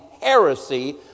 heresy